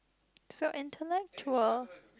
so intellectual